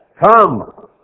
Come